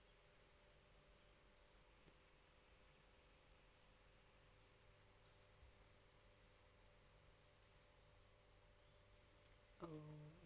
okay